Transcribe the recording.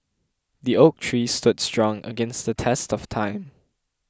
the oak tree stood strong against the test of time